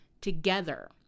together